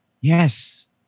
Yes